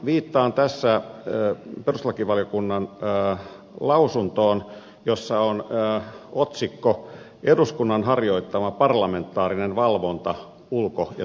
viittaan tässä perustuslakivaliokunnan mietintöön jossa on otsikko eduskunnan harjoittama parlamentaarinen valvonta ulko ja turvallisuuspolitiikassa